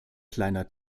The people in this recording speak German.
kleiner